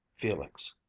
felix.